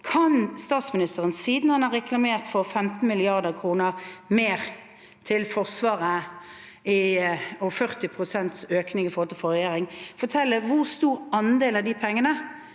Kan statsministeren, siden han har reklamert for 15 mrd. kr mer til Forsvaret og en 40 pst. økning i forhold til forrige regjering, fortelle hvor stor andel av de pengene